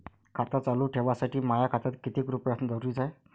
खातं चालू ठेवासाठी माया खात्यात कितीक रुपये असनं जरुरीच हाय?